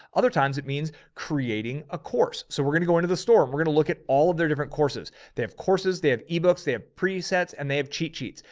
other times it means creating a course. so we're going to go into the store. we're going to look at it. all of their different courses. they have courses, they have ebooks they have presets and they have cheat sheets.